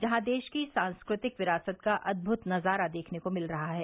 जहीं देश की सांस्कृतिक विरासत का अद्भुत नजारा देखने को मिल रहा है